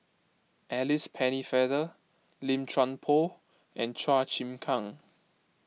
Alice Pennefather Lim Chuan Poh and Chua Chim Kang